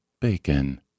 Bacon